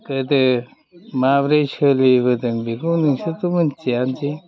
गोदो माबोरै सोलिबोदों बेखौ नोंसोरथ' मिनथियानोसै